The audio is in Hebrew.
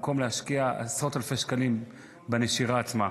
במקום להשקיע עשרות אלפי שקלים בנשירה עצמה.